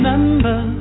Remember